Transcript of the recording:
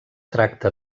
tracta